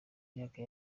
myaka